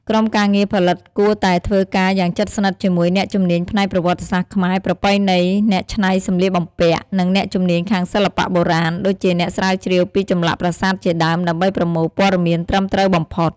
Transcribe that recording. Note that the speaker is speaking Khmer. ក្រុមការងារផលិតគួរតែធ្វើការយ៉ាងជិតស្និទ្ធជាមួយអ្នកជំនាញផ្នែកប្រវត្តិសាស្ត្រខ្មែរ ប្រពៃណី អ្នកច្នៃសម្លៀកបំពាក់ និងអ្នកជំនាញខាងសិល្បៈបុរាណ ដូចជាអ្នកស្រាវជ្រាវពីចម្លាក់ប្រាសាទជាដើម ដើម្បីប្រមូលព័ត៌មានត្រឹមត្រូវបំផុត ។